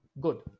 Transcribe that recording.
good